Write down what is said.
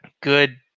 good